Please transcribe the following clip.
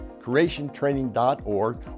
creationtraining.org